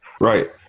right